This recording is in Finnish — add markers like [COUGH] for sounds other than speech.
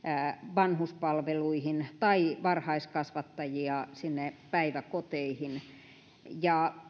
vanhuspalveluihin tai varhaiskasvattajia sinne päiväkoteihin ja [UNINTELLIGIBLE]